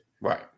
Right